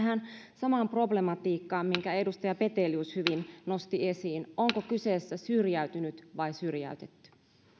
samaan problematiikkaan minkä edustaja petelius hyvin nosti esiin onko kyseessä syrjäytynyt vai syrjäytetty